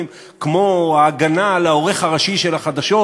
כמו ההגנה על העורך הראשי של החדשות.